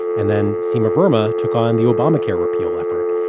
and then sima, burma took on the obamacare repeal effort.